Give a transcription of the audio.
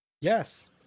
yes